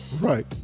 right